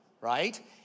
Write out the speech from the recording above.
Right